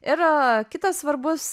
ir kitas svarbus